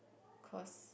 cause